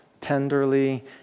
tenderly